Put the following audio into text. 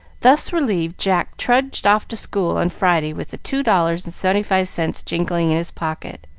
thus relieved, jack trudged off to school on friday with the two dollars and seventy-five cents jingling in his pocket,